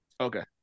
Okay